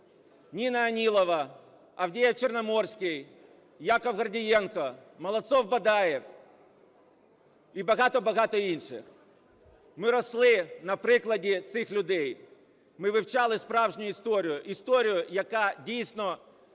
НінаОнілова, Авдєєв-Чорноморський, Яків Гордієнко, Молодцов-Бадаєв і багато-багато інших. Ми росли на прикладі цих людей. Ми вивчали справжню історію – історію,